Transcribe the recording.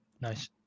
Nice